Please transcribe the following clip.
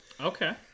Okay